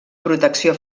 protecció